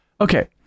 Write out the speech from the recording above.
Okay